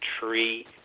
tree